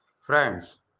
Friends